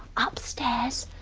upstairs,